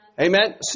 Amen